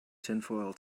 tinfoil